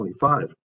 25